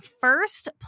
first